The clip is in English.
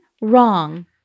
wrong